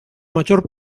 major